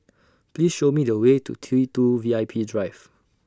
Please Show Me The Way to T two V I P Drive